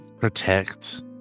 protect